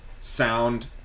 sound